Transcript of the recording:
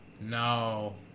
No